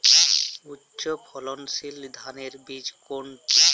উচ্চ ফলনশীল ধানের বীজ কোনটি?